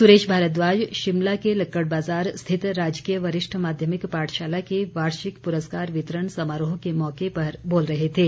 सुरेश भारद्वाज शिमला के लक्कड़ बाज़ार स्थित राजकीय वरिष्ठ माध्यमिक पाठशाला के वार्षिक पुरस्कार वितरण समारोह के मौके पर बोल रहे थे